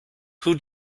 who